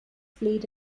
played